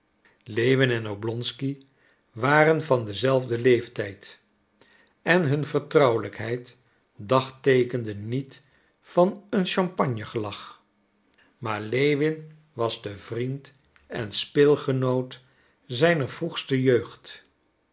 lewin en oblonsky waren van denzelfden leeftijd en hun vertrouwelijkheid dagteekende niet van een champagnegelag maar lewin was de vriend en speelgenoot zijner vroegste jeugd